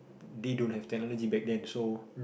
they don't have technology back then so